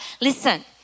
listen